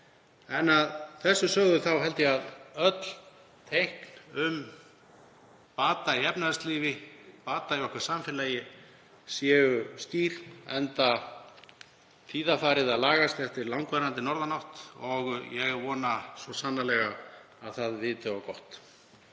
En að þessu sögðu held ég að öll teikn um bata í efnahagslífi, bata í samfélagi okkar, séu skýr, enda tíðarfarið að lagast eftir langvarandi norðanátt og ég vona svo sannarlega að það viti á gott.